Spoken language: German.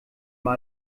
mehr